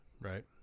right